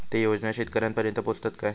ते योजना शेतकऱ्यानपर्यंत पोचतत काय?